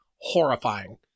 horrifying